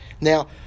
Now